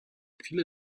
viele